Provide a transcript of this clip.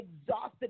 exhausted